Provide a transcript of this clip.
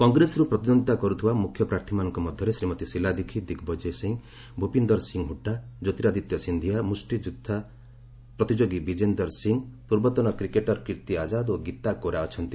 କଂଗ୍ରେସରୁ ପ୍ରତିଦ୍ୱନ୍ଦିତା କରୁଥିବା ମୁଖ୍ୟ ପ୍ରାର୍ଥୀମାନଙ୍କ ମଧ୍ୟରେ ଶ୍ରୀମତୀ ଶିଲା ଦିକ୍ଷୀତ ଦିଗ୍ବିଜୟ ସିଂହ ଭୁପିନ୍ଦର ସିଂହ ହୁଡ୍ଗା କ୍ୟୋତିରାଦିତ୍ୟ ସିନ୍ଧିଆ ମୁଷ୍ଟିଯୁଦ୍ଧ ପ୍ରତିଯୋଗୀ ବିଜେନ୍ଦର ସିଂହ ପୂର୍ବତନ କ୍ରିକେଟ୍ର କୀର୍ଭି ଆଜାଦ ଓ ଗୀତା କୋରା ଅଛନ୍ତି